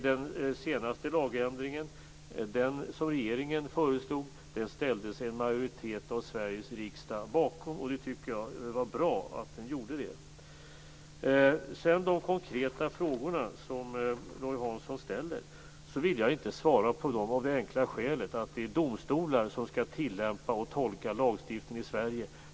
Den senaste lagändringen som regeringen föreslog ställde sig en majoritet av Sveriges riksdag bakom. Jag tycker att det var bra att den gjorde det. Jag vill inte svara på de konkreta frågor som Roy Hansson ställer av det enkla skälet att det är domstolar som skall tillämpa och tolka lagstiftningen i Sverige.